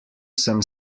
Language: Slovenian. sem